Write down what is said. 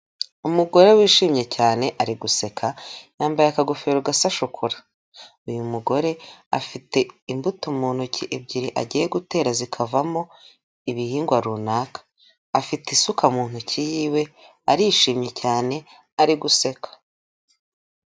Umugore wishimye cyane ari guseka yambaye akagofero gasa shokora. Uyu mugore afite imbuto mu ntoki ebyiri agiye gutera zikavamo ibihingwa runaka, afite isuka mu ntoki yiwe, arishimye cyane ari guseka.